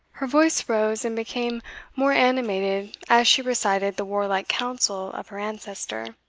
her voice rose and became more animated as she recited the warlike counsel of her ancestor